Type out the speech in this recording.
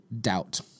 doubt